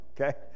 okay